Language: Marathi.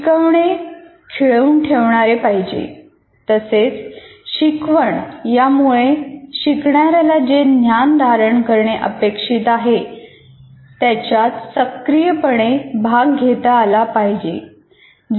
शिकवणे खिळवून ठेवणारे पाहिजे तसेच शिकवण यामुळे शिकणाऱ्याला जे ज्ञान धारण करणे अपेक्षित आहे त्याच्यात सक्रियपणे भाग घेता आला पाहिजे